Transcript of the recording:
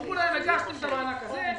אמרו להם: הגשתם את המענק הזה,